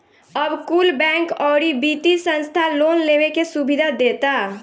अब कुल बैंक, अउरी वित्तिय संस्था लोन लेवे के सुविधा देता